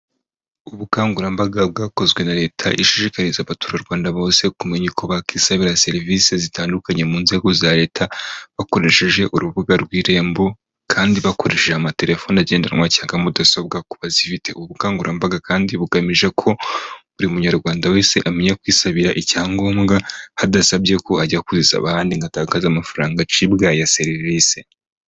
Ubukangurambaga bwakozwe na Leta ishishikariza abaturarwanda bose kumenya uko bakisabira serivisi zitandukanye mu nzego za Leta bakoresheje urubuga rw'irembo kandi bakoresheje amatelefoni agendanwa cyangwa mudasobwa ku bazifite. Ubu bukangurambaga kandi bugamije ko buri munyarwanda wese amenya kwisabira icyangombwa hadasabye ko ajya kuzisaba ahandi ngo agatakaza amafaranga acibwa ya serivise.